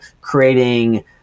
creating